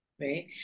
right